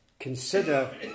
Consider